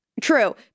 True